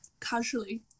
casually